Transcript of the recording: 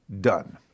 done